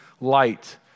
light